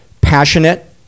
passionate